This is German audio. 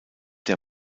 der